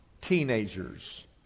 teenagers